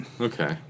Okay